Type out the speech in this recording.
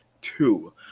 two